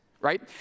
right